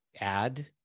add